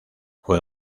fue